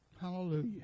Hallelujah